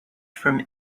from